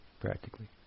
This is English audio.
practically